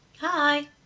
Hi